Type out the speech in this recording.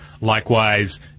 Likewise